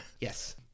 yes